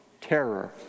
terror